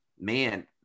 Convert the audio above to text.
man –